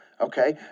okay